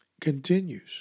continues